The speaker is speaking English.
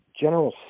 general